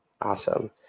Awesome